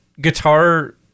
guitar